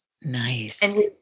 Nice